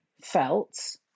felt